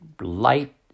light